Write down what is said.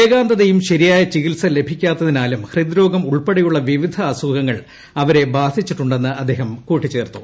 ഏകാന്തതയും ശരിയായ ചികിത്സ ലഭിക്കാത്തിനാലും ഹൃദ്രോഹം ഉൾപ്പെടെയുള്ള വിവിധ അസുഖങ്ങൾ അവരെ ബാധിച്ചിട്ടുണ്ടെന്ന് അദ്ദേഹം കൂട്ടിച്ചേർത്തു